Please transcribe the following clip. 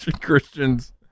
Christians